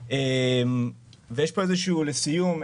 לסיום,